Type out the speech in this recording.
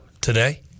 Today